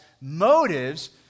motives